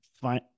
fine